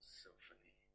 symphony